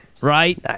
right